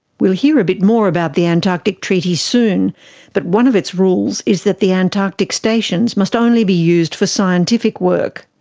we'll hear a bit more about the antarctic treaty soon but one of its rules is that the antarctic stations must only be used for scientific work.